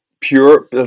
pure